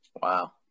Wow